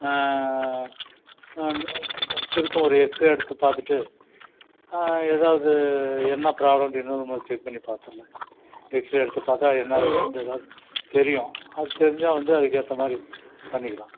திரும்ப ஒரு எக்ஸ்ரே எடுத்து பார்த்துட்டு எதாவது என்ன ப்ராப்லம் அப்படின்னு ஒரு முறை செக் பண்ணி பார்த்துர்லா எக்ஸ்ரே எடுத்து பார்த்தா என்னா இருக்கின்றதாது தெரியும் அது தெரிஞ்சால் வந்து அதுக்கேற்ற மாதிரி பண்ணிக்கலாம்